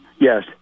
Yes